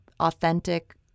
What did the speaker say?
authentic